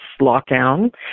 lockdown